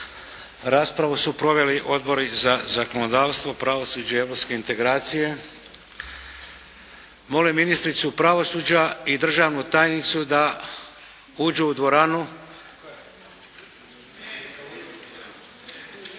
Raspravu su proveli odbori za zakonodavstvo, pravosuđe i europske integracije. Molim ministricu pravosuđa i državnu tajnicu da uđu u dvoranu.